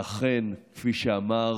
ואכן, כפי שאמר